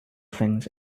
things